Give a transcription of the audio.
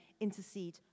intercede